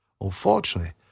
Unfortunately